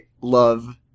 love